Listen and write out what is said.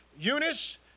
Eunice